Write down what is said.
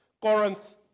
Corinth